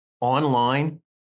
online